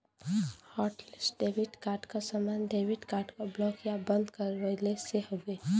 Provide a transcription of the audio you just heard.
hotlist debit card क सम्बन्ध debit card क ब्लॉक या बंद करवइले से हउवे